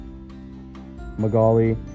Magali